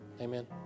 Amen